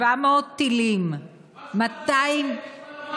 700 טילים, אויב,